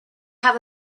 have